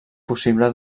possible